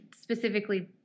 specifically